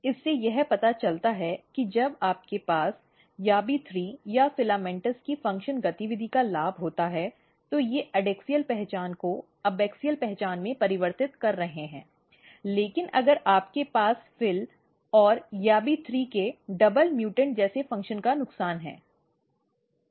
इससे यह पता चलता है कि जब आपके पास YABBY3 या FILAMENTOUS की फ़ंक्शन गतिविधि का लाभ होता है तो ये एडैक्सियल पहचान को एबैक्सियल पहचान में परिवर्तित कर रहे हैं लेकिन अगर आपके पास FIL और YABBY3 के दोहरे म्युटेंट जैसे फ़ंक्शन का नुकसान है